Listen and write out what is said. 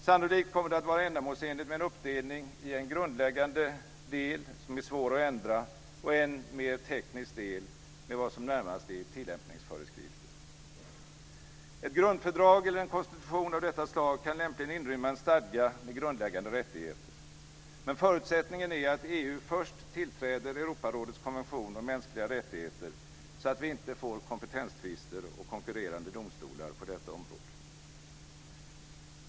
Sannolikt kommer det att vara ändamålsenligt med en uppdelning i en grundläggande del, som är svår att ändra, och en mer teknisk del med vad som närmast är tillämpningsföreskrifter. Ett grundfördrag eller en konstitution av detta slag kan lämpligen inrymma en stadga med grundläggande rättigheter. Men förutsättningen är att EU först tillträder Europarådets konvention om mänskliga rättigheter så att vi inte får kompetenstvister och konkurrerande domstolar på detta område.